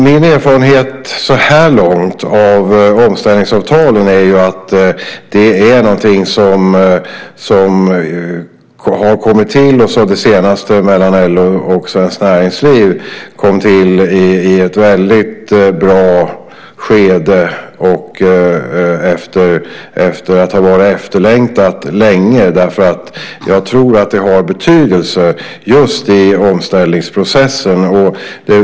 Min erfarenhet så här långt av omställningsavtalen är att det är något som har kommit till - det senaste mellan LO och Svenskt Näringsliv - i ett väldigt bra skede efter att ha varit efterlängtat länge. Jag tror att det har betydelse just i omställningsprocessen.